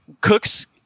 Cook's